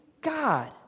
God